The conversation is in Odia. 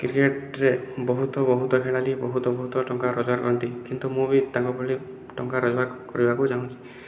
କ୍ରିକେଟରେ ବହୁତ ବହୁତ ଖେଳାଳି ବହୁତ ବହୁତ ଟଙ୍କା ରୋଜଗାର କରନ୍ତି କିନ୍ତୁ ମୁଁ ବି ତାଙ୍କ ଭଳି ଟଙ୍କା ରୋଜଗାର କରିବାକୁ ଚାହୁଁଛି